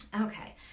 Okay